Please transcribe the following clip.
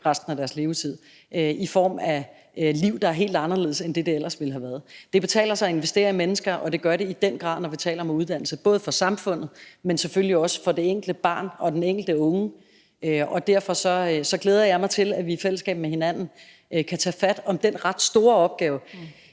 i form af et liv, der er helt anderledes end det, det ellers ville have været. Det betaler sig at investere i mennesker, og det gør det i den grad, når vi taler om uddannelse, både for samfundet, men selvfølgelig også for det enkelte barn og den enkelte unge, og derfor glæder jeg mig til, at vi i fællesskab med hinanden kan tage fat om den ret store opgave.